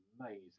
amazing